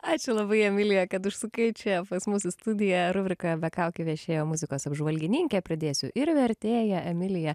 ačiū labai emilija kad užsukai čia pas mus į studiją rubrikoje be kaukių viešėjo muzikos apžvalgininkė pridėsiu ir vertėja emilija